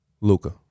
Luka